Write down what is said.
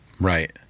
Right